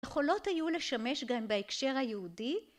יכולות היו לשמש גם בהקשר היהודי.